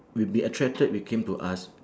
will be attracted will came to us